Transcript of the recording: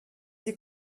die